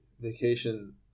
vacation